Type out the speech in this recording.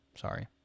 Sorry